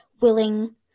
willing